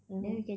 mmhmm